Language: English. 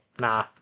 nah